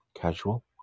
casual